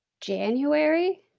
january